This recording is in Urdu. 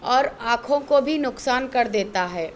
اور آنکھوں کو بھی نقصان کر دیتا ہے